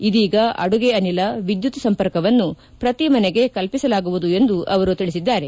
ಇದೀಗ ಅಡುಗೆ ಅನಿಲ ವಿದ್ನುತ್ ಸಂಪರ್ಕವನ್ನು ಪ್ರತಿ ಮನೆಗೆ ಕಲ್ಲಿಸಲಾಗುವುದು ಎಂದು ಅವರು ತಿಳಿಸಿದ್ದಾರೆ